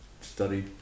study